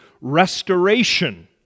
restoration